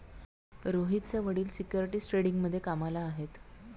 रोहितचे वडील सिक्युरिटीज ट्रेडिंगमध्ये कामाला आहेत